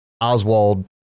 Oswald